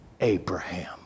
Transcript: Abraham